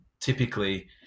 typically